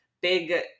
big